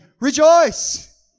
Rejoice